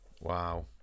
Wow